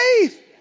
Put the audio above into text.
Faith